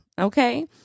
Okay